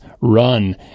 run